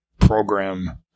program